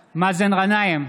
גנאים,